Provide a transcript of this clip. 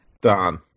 Done